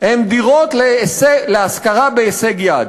הן דירות להשכרה בהישג יד.